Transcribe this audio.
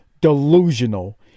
delusional